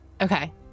Okay